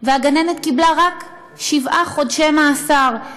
והגננת קיבלה רק שבעה חודשי מאסר.